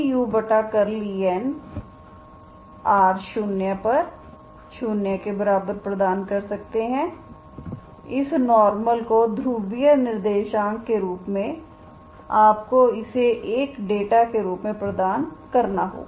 r00प्रदान कर सकते है इस नॉर्मल को ध्रुवीय निर्देशांक के रूप में आपको इसे एक डेटा के रूप में प्रदान करना होगा